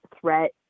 threat